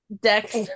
Dex